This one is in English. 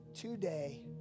today